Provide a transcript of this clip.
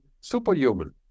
superhuman